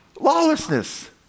Lawlessness